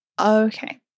Okay